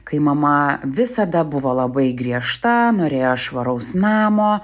kai mama visada buvo labai griežta norėjo švaraus namo